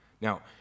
Now